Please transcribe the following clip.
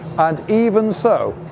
and even so,